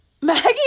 Maggie